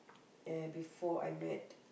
uh before I met